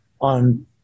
on